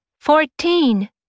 fourteen